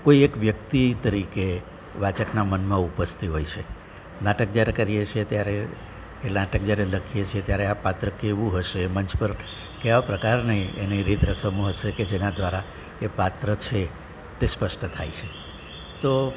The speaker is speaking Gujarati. કોઈ એક વ્યક્તિ તરીકે વાચકનાં મનમાં ઉપજતી હોય છે નાટક જ્યારે કરીએ છીએ ત્યારે એ નાટક જ્યારે લખીએ છીએ ત્યારે આ પાત્ર કેવું હશે મંચ પર કેવાં પ્રકારની એની રીત રસમો હશે કે જેના દ્વારા એ પાત્ર છે તે સ્પષ્ટ થાય છે તો